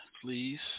Please